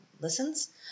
listens